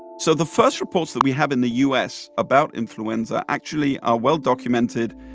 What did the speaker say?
so the first reports that we have in the us about influenza actually are well-documented.